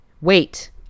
wait